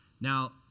Now